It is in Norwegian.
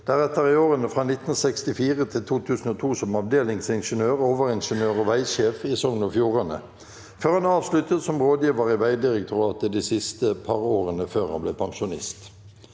deretter i årene fra 1964 til 2002 som avdelingsingeniør, overingeniør og veisjef i Sogn og Fjordane, før han avsluttet som rådgiver i Vegdirektoratet de siste par årene før han ble pensjonist.